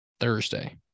Thursday